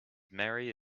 merry